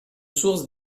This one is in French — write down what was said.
source